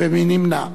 מי נמנע?